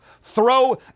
throw